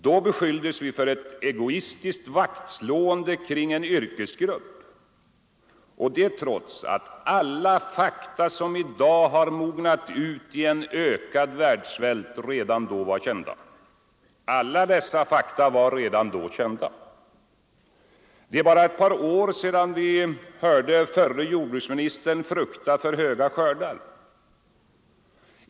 Då beskylldes vi för ett egoistiskt vaktslående kring en yrkesgrupp trots att alla fakta som i dag mognat ut i en ökad världssvält redan då var kända. Det är bara ett par år sedan vi hörde förre jordbruksministern frukta för god skördar.